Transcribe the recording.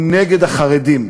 והוא נגד החרדים,